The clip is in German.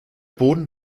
boden